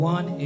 One